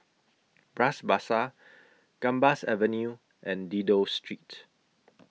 Bras Basah Gambas Avenue and Dido Street